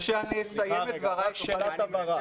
כשאני אסיים את דבריי, תוכל להתייחס.